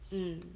mm